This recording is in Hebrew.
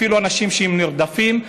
אפילו אנשים שהם נרדפים,